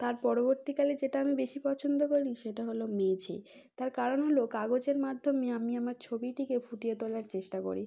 তার পরবর্তীকালে যেটা আমি বেশি পছন্দ করি সেটা হল মেঝে তার কারণ হল কাগজের মাধ্যমে আমি আমার ছবিটিকে ফুটিয়ে তোলার চেষ্টা করি